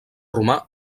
romà